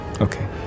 Okay